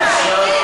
התשובה.